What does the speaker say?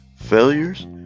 failures